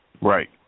right